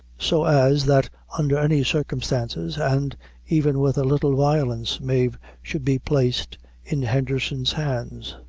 so as that under any circumstances, and even with a little violence, mave should be placed in henderson's hands.